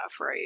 right